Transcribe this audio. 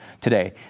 today